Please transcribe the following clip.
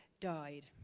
died